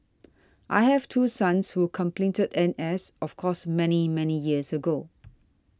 I have two sons who completed N S of course many many years ago